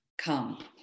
come